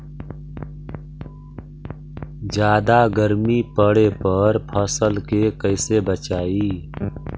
जादा गर्मी पड़े पर फसल के कैसे बचाई?